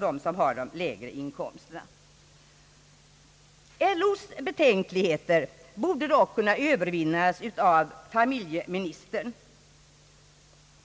de som har lägre inkomster. LO:s betänkligheter borde dock kunna övervinnas av familjeministern.